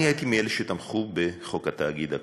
אני הייתי מאלה שתמכו בחוק התאגיד הקודם,